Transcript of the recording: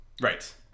Right